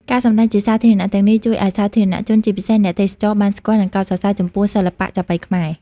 ការសម្តែងជាសាធារណៈទាំងនេះ ជួយឱ្យសាធារណជន ជាពិសេសអ្នកទេសចរ បានស្គាល់ និងកោតសរសើរចំពោះសិល្បៈចាប៉ីខ្មែរ។